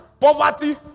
poverty